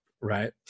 Right